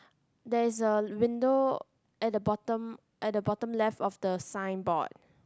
there is a window at the bottom at the bottom left of the signboard